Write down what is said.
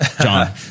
John